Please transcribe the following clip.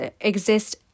exist